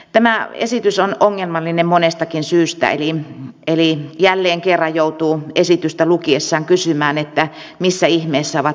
tämä esitys on ongelmallinen monestakin syystä eli jälleen kerran joutuu esitystä lukiessaan kysymään missä ihmeessä ovat vaikutusarvioinnit